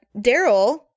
Daryl